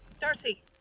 Darcy